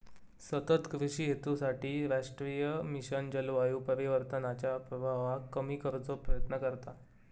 सतत कृषि हेतूसाठी राष्ट्रीय मिशन जलवायू परिवर्तनाच्या प्रभावाक कमी करुचो प्रयत्न करता